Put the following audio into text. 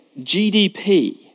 GDP